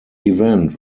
event